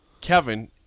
Kevin